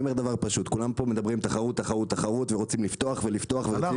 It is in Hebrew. כולם פה מדברים על תחרות ורוצים לפתוח ו-7,